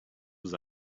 was